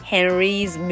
Henry's